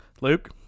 Luke